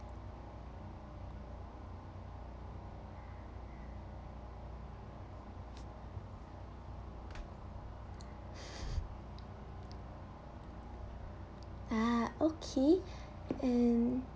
ah okay and